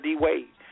D-Wade